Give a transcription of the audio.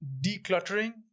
decluttering